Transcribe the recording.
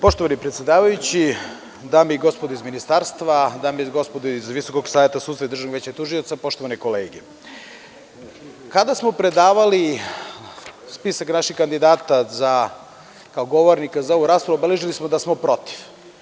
Poštovani predsedavajući, dame i gospodo iz Ministarstva, dame i gospodo iz Visokog saveta sudstva i Državnog veća tužioca, poštovane kolege, kada smo predavali spisak naših kandidata kao govornika za ovu raspravu obeležili smo da smo protiv.